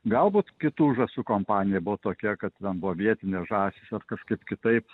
galbūt kitų žąsų kompanija buvo tokia kad ten buvo vietinės žąsys ar kažkaip kitaip